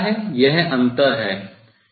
आपको पता है यह अंतर है